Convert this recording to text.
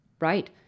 right